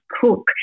cook